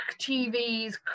TVs